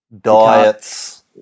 diets